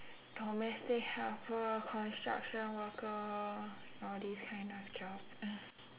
domestic helper construction worker all these kind of jobs